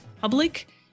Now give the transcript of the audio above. Public